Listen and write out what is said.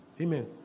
Amen